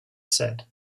said